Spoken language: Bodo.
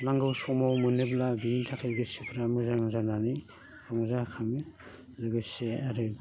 नांगौ समाव मोनोब्ला बिनि थाखाय गोसोफ्रा मोजां जानानै रंजा खाङो लोगोसे आरो